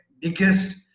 biggest